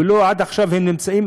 ועד עכשיו הם קיימים,